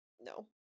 no